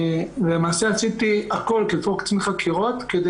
ולמעשה עשיתי הכול בתור קצין חקירות כדי